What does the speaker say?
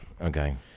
okay